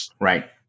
Right